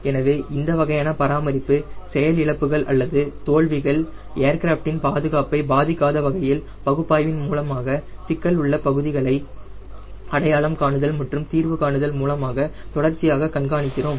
எனவே இந்த வகையான பராமரிப்பு செயல் இழப்புகள் அல்லது தோல்விகள் ஏர்கிராஃப்டின் பாதுகாப்பை பாதிக்காத வகையில் பகுப்பாய்வின் மூலமாக சிக்கல் உள்ள பகுதிகளை அடையாளம் காணுதல் மற்றும் தீர்வு காணுதல் மூலமாக தொடர்ச்சியாக கண்காணிக்கிறோம்